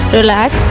Relax